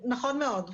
נכון מאוד.